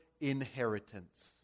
inheritance